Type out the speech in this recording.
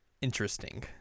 interesting